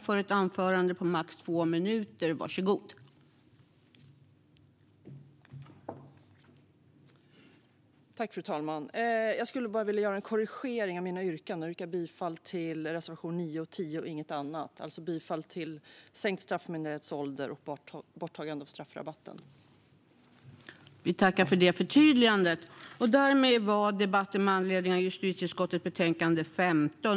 Fru talman! Jag skulle bara vilja göra en korrigering av mina yrkanden. Jag yrkar bifall till reservationerna 9 och 10 - inget annat. Jag yrkar alltså bifall till reservationerna om sänkt straffmyndighetsålder och borttagande av straffrabatten.